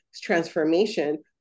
transformation